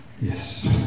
Yes